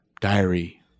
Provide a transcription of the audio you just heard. diary